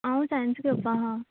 हांव सायन्स घेवपा आसा